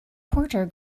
porter